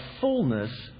fullness